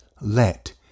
let